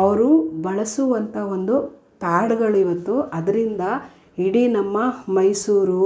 ಅವರು ಬಳಸುವಂಥ ಒಂದು ಪ್ಯಾಡುಗಳಿವತ್ತು ಅದರಿಂದ ಇಡೀ ನಮ್ಮ ಮೈಸೂರು